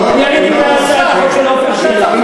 אני עליתי בגלל הצעת החוק של עפר שלח.